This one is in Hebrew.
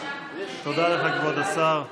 תודה לך, כבוד השר.